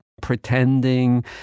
pretending